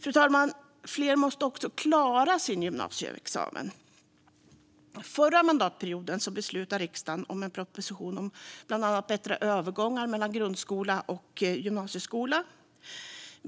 Fru talman! Fler måste också klara sin gymnasieexamen. Förra mandatperioden beslutade riksdagen om en proposition om bland annat bättre övergångar mellan grundskola och gymnasieskola.